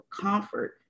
comfort